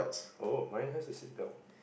oh mine has a seatbelt